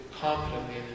confidently